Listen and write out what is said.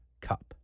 Cup